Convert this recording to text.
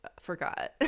forgot